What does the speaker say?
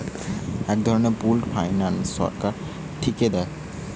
এক ধরনের pooled finance সরকার থিকে দেয়